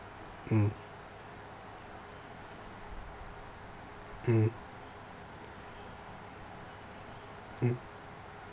mm mmhmm mm